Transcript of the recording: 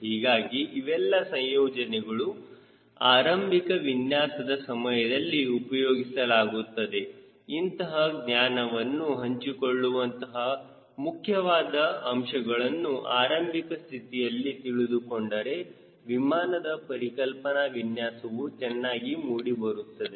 ಹೀಗಾಗಿ ಇವೆಲ್ಲ ಸಂಯೋಜನೆಗಳು ಆರಂಭಿಕ ವಿನ್ಯಾಸದ ಸಮಯದಲ್ಲಿ ಉಪಯೋಗಿಸಲಾಗುತ್ತದೆ ಇಂತಹ ಜ್ಞಾನವನ್ನು ಹಂಚಿಕೊಳ್ಳುವಂತಹ ಮುಖ್ಯವಾದ ಅಂಶಗಳನ್ನು ಆರಂಭಿಕ ಸ್ಥಿತಿಯಲ್ಲಿ ತಿಳಿದುಕೊಂಡರೆ ವಿಮಾನದ ಪರಿಕಲ್ಪನಾ ವಿನ್ಯಾಸವು ಚೆನ್ನಾಗಿ ಮೂಡಿ ಬರುತ್ತದೆ